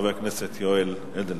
חבר הכנסת יואל אדלשטיין.